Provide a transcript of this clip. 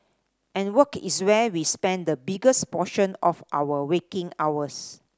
and work is where we spend the biggest portion of our waking hours